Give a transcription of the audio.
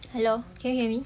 hello can you hear me